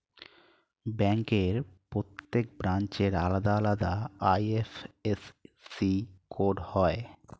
ব্যাংকের প্রত্যেক ব্রাঞ্চের আলাদা আলাদা আই.এফ.এস.সি কোড হয়